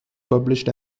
published